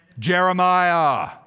Jeremiah